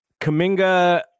Kaminga